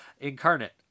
Incarnate